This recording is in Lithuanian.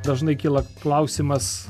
dažnai kyla klausimas